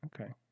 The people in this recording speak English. Okay